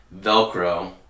Velcro